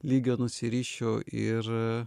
lygio nusirišiu ir